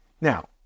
Now